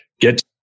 get